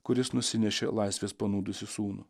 kuris nusinešė laisvės panūdusi sūnų